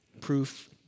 proof